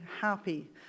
happy